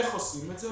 איך עושים את זה?